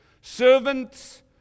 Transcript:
servants